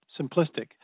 simplistic